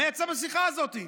מה יצא מהשיחה הזאת.